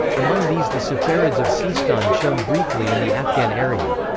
among these the saffarids of seistan shone briefly in the afghan area.